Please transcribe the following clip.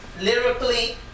lyrically